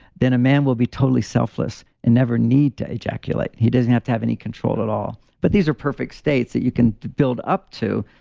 then a man will be totally selfless and never need to ejaculate. he doesn't have to have any control at all. but these are perfect states that you can build up to.